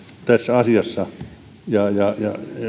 tässä asiassa